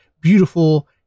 beautiful